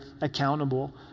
accountable